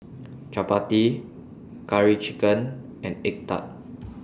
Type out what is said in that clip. Chappati Curry Chicken and Egg Tart